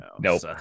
nope